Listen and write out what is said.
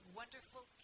wonderful